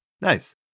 Nice